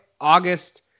August